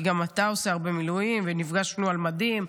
כי גם אתה עושה הרבה מילואים ונפגשנו על מדים.